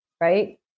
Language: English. right